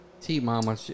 T-Mama